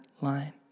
line